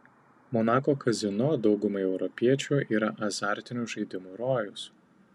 monako kazino daugumai europiečių yra azartinių žaidimų rojus